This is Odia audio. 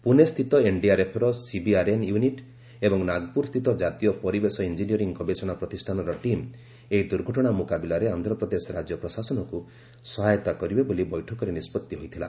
ପୁନେ ସ୍ଥିତ ଏନ୍ଡିଆର୍ଏଫ୍ର ସିବିଆର୍ଏନ୍ ୟୁନିଟ୍ ଏବଂ ନାଗପୁର ସ୍ଥିତ ଜାତୀୟ ପରିବେଶ ଇଞ୍ଜିନିୟରିଂ ଗବେଷଣା ପ୍ରତିଷ୍ଠାନର ଟିମ୍ ଏହି ଦୁର୍ଘଟଣା ମୁକାବିଲାରେ ଆନ୍ଧ୍ରପ୍ରଦେଶ ରାଜ୍ୟ ପ୍ରଶାସନକୁ ସହାୟତା କରିବେ ବୋଲି ବୈଠକରେ ନିଷ୍କଭି ହୋଇଥିଲା